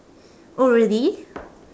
oh really